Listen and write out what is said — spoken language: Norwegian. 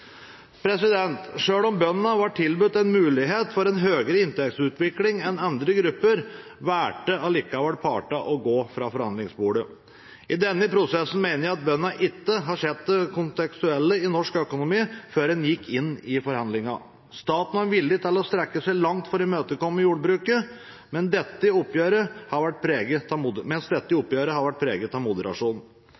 om bøndene ble tilbudt en mulighet for høyere inntektsutvikling enn andre grupper, valgte likevel partene å gå fra forhandlingsbordet. I denne prosessen mener jeg bøndene ikke har sett det kontekstuelle i norsk økonomi før en gikk inn i forhandlingene. Staten var villig til å strekke seg langt for å imøtekomme jordbruket, mens dette oppgjøret har vært preget av